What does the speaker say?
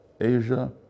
Asia